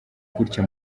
gutya